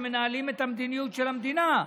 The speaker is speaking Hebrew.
שמנהלים את המדיניות של המדינה,